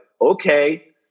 okay